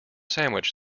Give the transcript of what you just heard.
sandwich